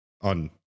on